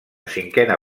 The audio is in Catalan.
cinquena